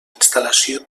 instal·lació